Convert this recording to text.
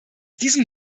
diesem